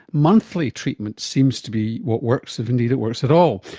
monthly treatment seems to be what works, if indeed it works at all.